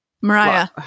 Mariah